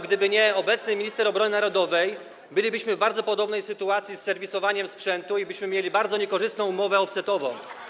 Gdyby nie obecny minister obrony narodowej, bylibyśmy w bardzo podobnej sytuacji z serwisowaniem sprzętu i mielibyśmy bardzo niekorzystną umowę offsetową.